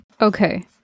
Okay